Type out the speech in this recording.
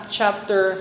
chapter